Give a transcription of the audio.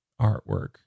artwork